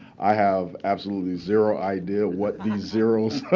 i have absolutely zero idea what these zeros